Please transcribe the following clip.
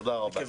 תודה רבה.